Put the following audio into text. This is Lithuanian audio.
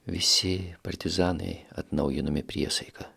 visi partizanai atnaujinome priesaiką